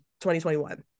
2021